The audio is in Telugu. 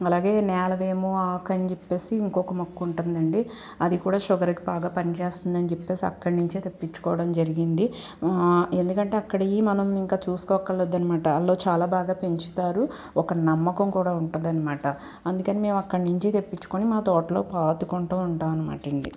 అలాగే నేలవేము ఆకు అని చెప్పేసి ఇంకొక మొక్క ఉంటుందండి అది కూడా షుగర్కి బాగా పనిచేస్తుంది అని చెప్తేసి అక్కడి నుంచే తెప్పించుకోవడం జరిగింది ఎందుకంటే అక్కడివి మనం ఇంకా చూసుకో అక్కర్లేదు అనమాట వాళ్ళు చాలా బాగా పెంచుతారు ఒక నమ్మకం కూడా ఉంటదన్నమాట అందుకని మేము అక్కడి నుంచి తెప్పించుకొని మా తోటలో పాతుకుంటూ ఉంటాం అనమాట అండీ